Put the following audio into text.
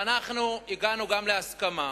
ואנחנו הגענו גם להסכמה,